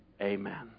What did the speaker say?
Amen